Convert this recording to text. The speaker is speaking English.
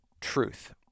truth